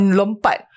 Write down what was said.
lompat